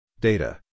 data